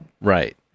Right